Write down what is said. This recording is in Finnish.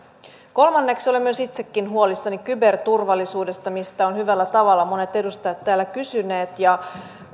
kolmanneksi olen itsekin huolissani kyberturvallisuudesta mistä on hyvällä tavalla monet edustajat täällä kysyneet